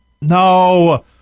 no